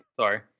Sorry